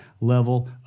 level